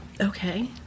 Okay